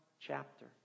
chapter